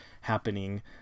happening